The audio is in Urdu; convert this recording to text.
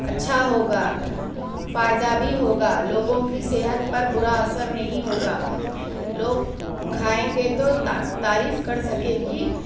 اچھا ہوگا فائدہ بھی ہوگا لوگوں کی صحت پر برا اثر نہیں ہوگا لوگ کھائیں گے تو تعریف کر سکے کہ